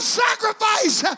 sacrifice